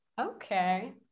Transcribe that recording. Okay